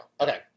okay